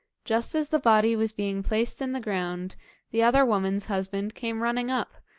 just as the body was being placed in the ground the other woman's husband came running up,